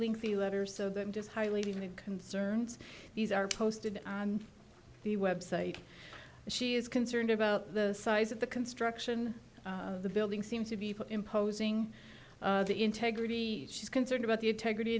lengthy letter so that just highly concerns these are posted on the website she is concerned about the size of the construction of the building seem to be imposing the integrity she's concerned about the integrity